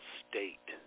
state